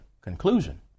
conclusion